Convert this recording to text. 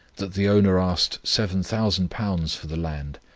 that the owner asked seven thousand pounds for the land,